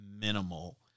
minimal